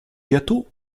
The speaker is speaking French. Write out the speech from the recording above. gâteau